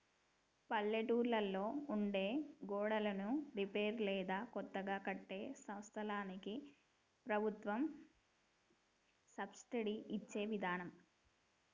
పల్లెటూళ్లలో ఉండే గోడన్లను రిపేర్ లేదా కొత్తగా కట్టే సంస్థలకి ప్రభుత్వం సబ్సిడి ఇచ్చే విదానం